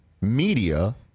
media